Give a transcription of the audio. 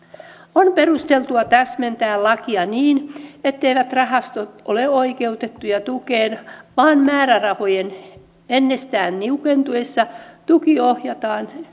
on perusteltua täsmentää lakia niin etteivät rahastot ole oikeutettuja tukeen vaan määrärahojen ennestään niukentuessa tuki ohjataan